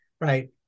right